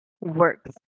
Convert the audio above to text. works